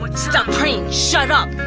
stop praying. shut up.